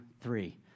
three